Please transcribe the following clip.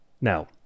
Now